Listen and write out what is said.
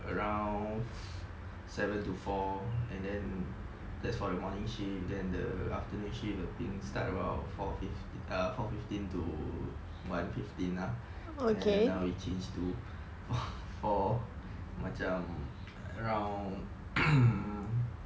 around seven to four and then that's for the morning shift then the afternoon shift will start about four fift~ err four fifteen to one fifteen lah and now we change to four macam around